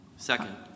Second